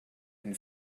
and